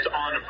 on